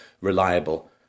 reliable